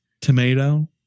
tomato